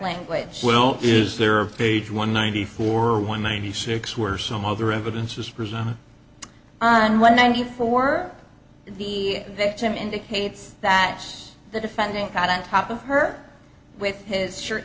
language well is there a page one ninety four one ninety six where some other evidence was presented and what ninety four the victim indicates that the defendant got on top of her with his shirt